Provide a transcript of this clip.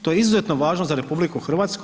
To je izuzetno važno za RH.